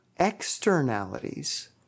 externalities